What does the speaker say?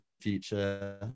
future